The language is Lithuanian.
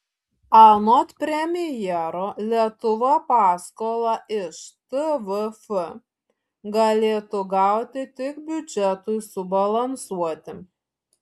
anot premjero lietuva paskolą iš tvf galėtų gauti tik biudžetui subalansuoti